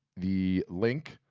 the link.